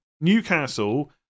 Newcastle